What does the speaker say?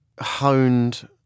honed